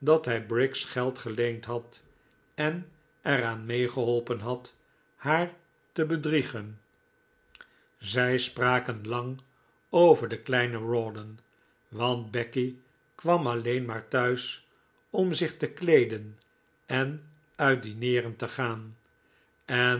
hij briggs geld geleend had en er aan meegeholpen had haar te bedriegen zij spraken lang over den kleinen rawdon want becky kwam alleen maar thuis om zich te kleeden en uit dineeren te gaan